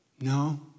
No